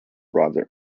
brother